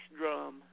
drum